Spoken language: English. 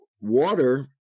water